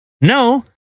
No